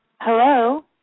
Hello